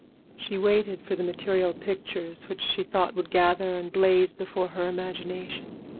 she waited for the material pictures which she thought would gather and blaze before her imagination.